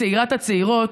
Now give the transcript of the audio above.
צעירת הצעירות,